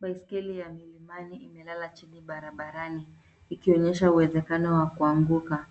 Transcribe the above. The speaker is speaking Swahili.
Baiskeli ya milimani imelala chini barabarani ikionyesha uwezekano wa kuanguka.